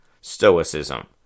Stoicism